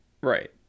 Right